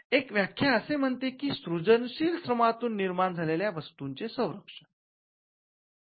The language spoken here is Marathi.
एक व्याख्या असे म्हणते की 'सृजनशील श्रमातून निर्माण झालेल्या वस्तूंचे संरक्षण'